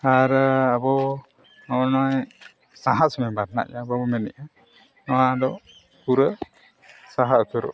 ᱟᱨ ᱟᱵᱚ ᱱᱚᱜᱼᱚᱸᱭ ᱥᱟᱦᱟᱥ ᱵᱤᱢᱟᱨ ᱡᱟᱦᱟᱸ ᱵᱚ ᱢᱮᱱᱮᱜᱼᱟ ᱱᱚᱣᱟ ᱫᱚ ᱯᱩᱨᱟᱹ ᱥᱟᱦᱟ ᱩᱛᱟᱹᱨᱚᱜᱼᱟ